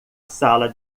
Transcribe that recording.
sala